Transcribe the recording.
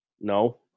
No